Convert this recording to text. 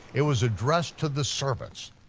it was addressed to the servants,